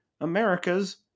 America's